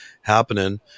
happening